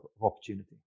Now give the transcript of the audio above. opportunity